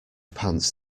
pants